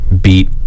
beat